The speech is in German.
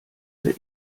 der